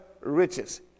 riches